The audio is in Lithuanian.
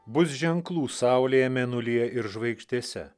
bus ženklų saulėje mėnulyje ir žvaigždėse